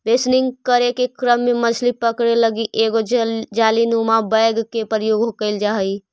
बेसनिंग करे के क्रम में मछली पकड़े लगी एगो जालीनुमा बैग के प्रयोग कैल जा हइ